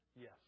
Yes